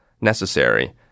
necessary